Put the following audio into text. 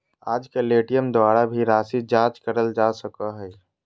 आजकल ए.टी.एम द्वारा भी राशी जाँच करल जा सको हय